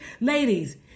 ladies